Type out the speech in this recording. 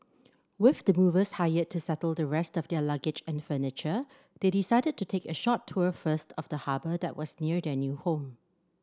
with the movers hired to settle the rest of their luggage and furniture they decided to take a short tour first of the harbour that was near their new home